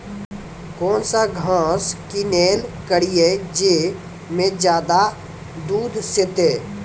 कौन घास किनैल करिए ज मे ज्यादा दूध सेते?